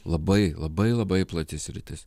labai labai labai plati sritis